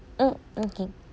mm okay